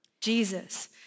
Jesus